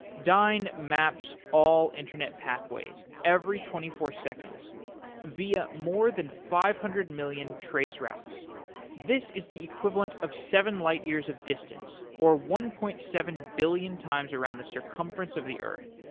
dyn maps all internet pathways every twenty four seconds via more than five hundred million traceroutes. this is the equivalent of seven light years of distance, or one point seven billion times around the circumference of the earth.